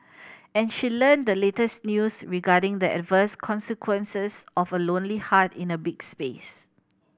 and she learnt the latest news regarding the adverse consequences of a lonely heart in a big space